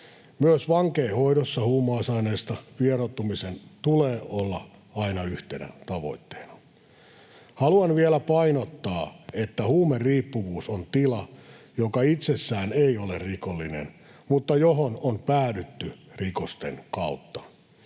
Myös vankeinhoidossa huumausaineista vieroittumisen tulee olla aina yhtenä tavoitteena. Haluan vielä painottaa, että huumeriippuvuus on tila, joka itsessään ei ole rikollinen mutta johon on päädytty rikosten kautta.